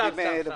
סתם.